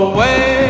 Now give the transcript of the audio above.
Away